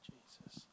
Jesus